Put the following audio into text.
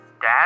dad